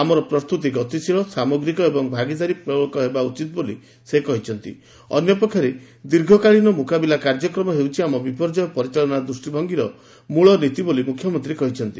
ଆମର ପ୍ରସ୍ତୁତି ଗତିଶୀଳ ସାମଗ୍ରୀକ ଏବଂ ଭାଗିଦାରୀମଳକ ହେବା ଉଚିତ ବୋଲି ସେ କହିଚ୍ଚନ୍ତି ଅନ୍ୟପକ୍ଷରେ ଦୀର୍ଘକାଳୀନ ମୁକାବିଲା କାର୍ଯ୍ୟକ୍ରମ ହେଉଛି ଆମ ବିପର୍ଯ୍ୟୟ ପରିଚାଳନା ଦୃଷ୍ଟିଭଙ୍ଗୀର ମ୍ଳ ନୀତି ବୋଲି ମୁଖ୍ୟମନ୍ତୀ କହିଛନ୍ତି